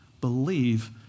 Believe